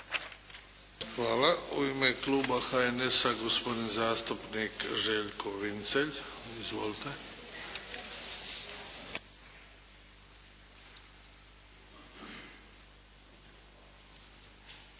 Hvala. U ime kluba HNS-a, gospodin zastupnik Željko Vincelj. Izvolite.